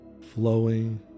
Flowing